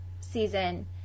season